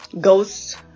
ghosts